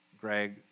Greg